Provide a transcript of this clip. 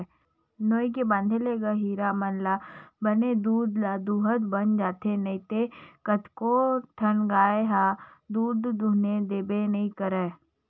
नोई के बांधे ले गहिरा मन ल बने दूद ल दूहूत बन जाथे नइते कतको ठन गाय ह दूद दूहने देबे नइ करय